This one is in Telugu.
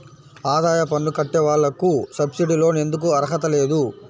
ఆదాయ పన్ను కట్టే వాళ్లకు సబ్సిడీ లోన్ ఎందుకు అర్హత లేదు?